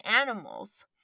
animals